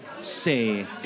say